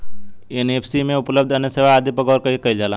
NBFC में उपलब्ध अन्य सेवा आदि पर गौर कइसे करल जाइ?